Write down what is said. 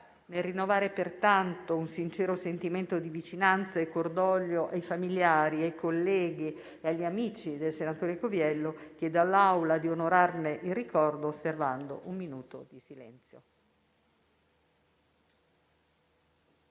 Nel rinnovare pertanto un sincero sentimento di vicinanza e cordoglio ai familiari, ai colleghi e agli amici del senatore Coviello, chiedo all'Aula di onorarne il ricordo osservando un minuto di silenzio.